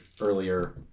earlier